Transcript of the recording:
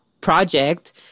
project